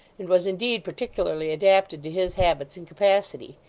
and was indeed particularly adapted to his habits and capacity.